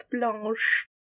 Blanche